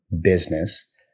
business